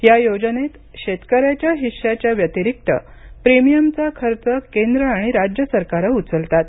या योजनेत शेतकऱ्याच्या हिश्शाच्या व्यतिरिक्त प्रीमियमचा खर्च केंद्र आणि राज्य सरकारं उचलतात